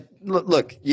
look